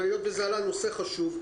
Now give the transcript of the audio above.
נושא חשוב.